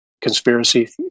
conspiracy